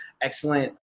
excellent